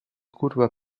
curva